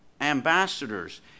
ambassadors